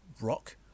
rock